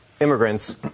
immigrants